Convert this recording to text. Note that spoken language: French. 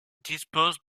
dispose